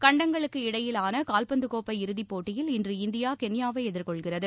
கண்டங்களுக்கு இடையிலான கால்பந்து கோப்பை இறுதிப் போட்டியில் இன்று இந்தியா கென்யாவை எதிர்கொள்கிறது